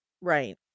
Right